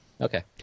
Okay